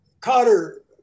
Cotter